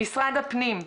משרד הפנים,